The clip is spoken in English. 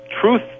truth